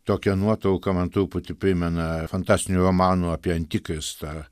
tokia nuotrauka man truputį primena fantastinių romanų apie antikristą